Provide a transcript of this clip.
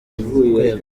rwego